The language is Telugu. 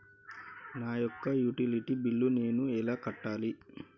నా యొక్క యుటిలిటీ బిల్లు నేను ఎలా కట్టాలి?